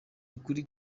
ukuri